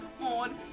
on